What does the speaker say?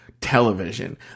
television